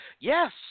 yes